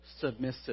submissive